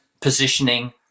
positioning